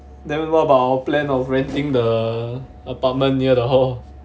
then what about our plan of renting the apartment near the hall